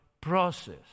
process